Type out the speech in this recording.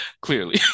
Clearly